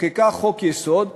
חוקקו חוק-יסוד שאומר: